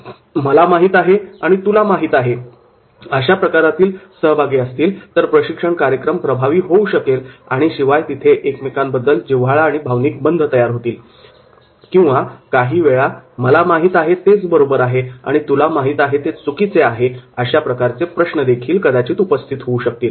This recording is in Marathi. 'मला माहित आहे आणि तुला माहित आहे' अशा प्रकारातील सहभागी असतील तर प्रशिक्षण कार्यक्रम प्रभावी होऊ शकेल आणि शिवाय तिथे एकमेकांबद्दल जिव्हाळा व भावनिक बंध तयार होतील किंवा काहीवेळा 'मला माहित आहे ते बरोबर आहे आणि तुला माहित आहे ते चुकीचे आहे' अशा प्रकारचे प्रश्न उपस्थित होऊ शकतील